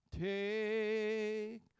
take